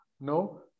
No